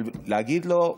אבל להגיד לו: